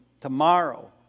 Tomorrow